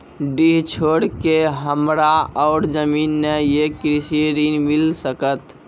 डीह छोर के हमरा और जमीन ने ये कृषि ऋण मिल सकत?